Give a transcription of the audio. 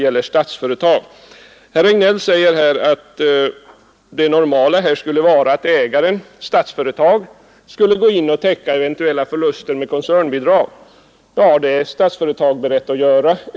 Herr Regnéll sade att det normala skulle vara att ägaren, Statsföretag, skulle gå in och täcka eventuella förluster med koncernbidrag. Ja, det är Statsföretag berett att göra.